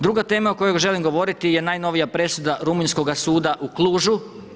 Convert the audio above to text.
Druga tema o kojoj želim govoriti je najnovija presuda rumunjskoga suda u Cluju.